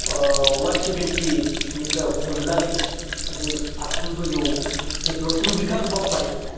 ओ अवान सेभेनटिनिफ्राय हमनानै ओजों आपटु गोजौ बेसेबांसिम बिखो आं बावबाय